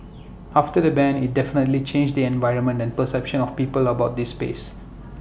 after the ban IT definitely changed the environment and perception of people about this space